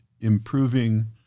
improving